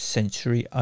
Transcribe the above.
Century